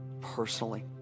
personally